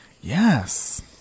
Yes